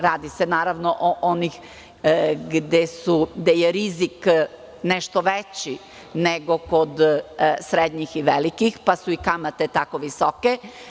Radi se tamo o onim preduzećima gde je rizik nešto veći, nego kod srednjih i velikih, pa su i kamate tako visoke.